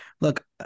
Look